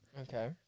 Okay